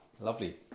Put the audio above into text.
lovely